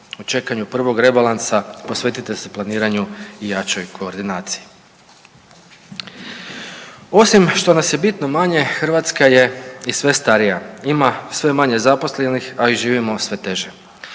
čekanju prvog rebalansa posvetite se planiranju i jače koordinacije. Osim što nas je bitno manje, Hrvatska je i sve starija. Ima sve manje zaposlenih, a i živimo sve teže.